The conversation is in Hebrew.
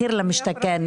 מחיר למשתכן,